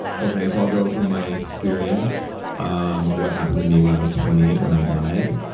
okay, so i'll go for my experience. um what happen to me when i was twenty eight when i died.